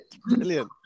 brilliant